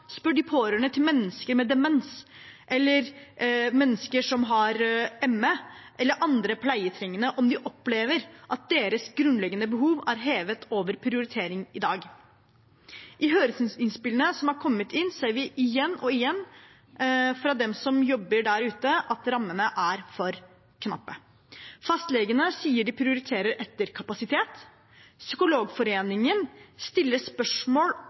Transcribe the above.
spør pårørende til mennesker med demens eller spør mennesker som har ME, eller andre pleietrengende om de opplever at deres grunnleggende behov er hevet over prioritering i dag. I høringsinnspillene som har kommet inn, ser vi igjen og igjen fra dem som jobber der ute, at rammene er for knappe. Fastlegene sier de prioriterer etter kapasitet, Psykologforeningen stiller spørsmål